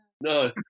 no